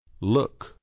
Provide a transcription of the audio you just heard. look